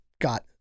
got